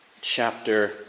chapter